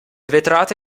vetrate